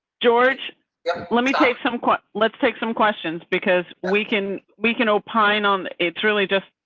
george yeah, let me take some, let's take some questions because we can, we can opine on. it's really just.